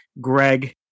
Greg